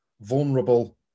vulnerable